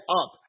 up